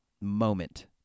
moment